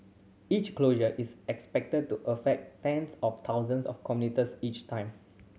each closure is expected to affect tens of thousands of commuters each time